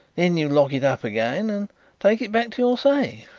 then you lock it up again and take it back to your safe.